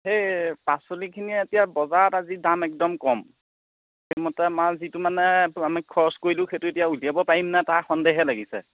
সেই পাচলিখিনি এতিয়া বজাৰত আজিৰ দাম একদম কম সেইমতে আমাৰ যিটো মানে আমি খৰচ কৰিলোঁ সেইটো এতিয়া উলিয়াব পাৰিমনে নাই তাৰ সন্দেহে লাগিছে